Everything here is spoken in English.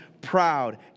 proud